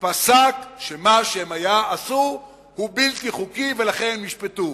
פסק שמה שהם עשו הוא בלתי חוקי, ולכן הם נשפטו.